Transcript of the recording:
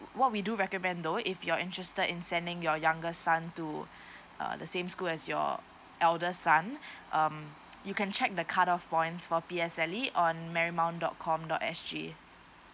what we do recommend though if you are interested in sending your younger son to uh the same school as your elder son um you can check the cut off points for P_S_L_E on marymount dot com dot S_G